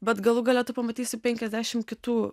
bet galų gale tu pamatysi penkiasdešim kitų